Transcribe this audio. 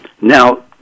Now